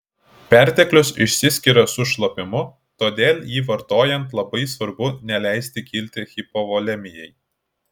perteklius išsiskiria su šlapimu todėl jį vartojant labai svarbu neleisti kilti hipovolemijai